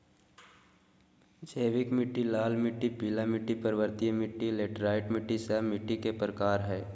जैविक मिट्टी, लाल मिट्टी, पीला मिट्टी, पर्वतीय मिट्टी, लैटेराइट मिट्टी, सब मिट्टी के प्रकार हइ